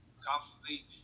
Constantly